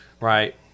right